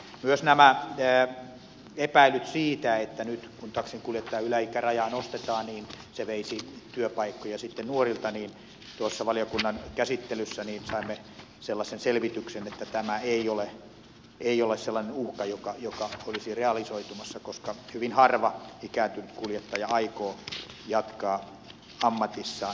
myös kun on nämä epäilyt siitä että nyt kun taksinkuljettajan yläikärajaa nostetaan niin se veisi työpaikkoja sitten nuorilta niin tuossa valiokunnan käsittelyssä saimme sellaisen selvityksen että tämä ei ole sellainen uhka joka olisi realisoitumassa koska hyvin harva ikääntynyt kuljettaja aikoo jatkaa ammatissaan